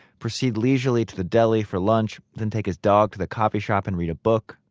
proceed leisurely to the deli for lunch, then take his dog to the coffee shop and read a book.